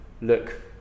look